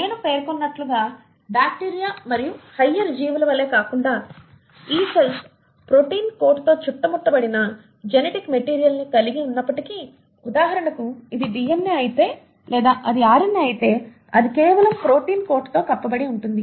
నేను పేర్కొన్నట్లుగా బ్యాక్టీరియా మరియు హయ్యర్ జీవుల వలె కాకుండా ఈ సెల్స్ ప్రోటీన్ కోటుతో చుట్టుముట్టబడిన జెనెటిక్ మెటీరియల్ ని కలిగి ఉన్నప్పటికీ ఉదాహరణకు ఇది DNA అయితే లేదా అది RNA అయితే అది కేవలం ప్రోటీన్ కోటులో కప్పబడి ఉంటుంది